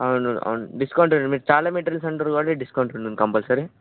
అవును అవును డిస్కౌంట్ మీరు చాలా మెటీరియల్స్ అంటున్నారు కాబట్టి డిస్కౌంట్ ఉంటుంది కంపల్సరి